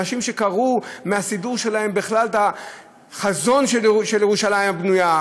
אנשים שקרעו מהסידור שלהם בכלל את החזון של ירושלים הבנויה,